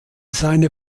seine